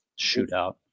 shootout